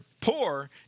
poor